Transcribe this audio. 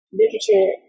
literature